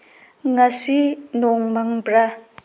ꯉꯁꯤ ꯅꯣꯡ ꯃꯪꯕ꯭ꯔꯥ